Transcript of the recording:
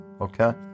Okay